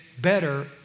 better